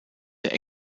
der